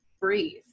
breathe